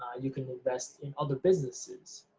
you can invest in other businesses.